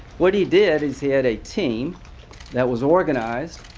what he did is he had a team that was organized,